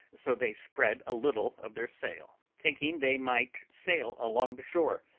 so they spread a little of their sail, thinking they might sail along the shore,